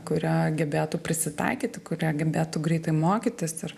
kurie gebėtų prisitaikyti kurie gebėtų greitai mokytis ir